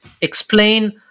explain